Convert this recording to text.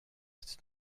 cette